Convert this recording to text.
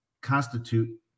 constitute